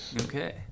Okay